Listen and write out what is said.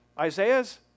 Isaiah's